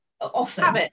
often